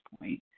point